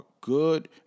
good